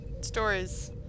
stories